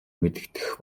мэдэгдэх